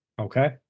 Okay